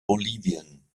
bolivien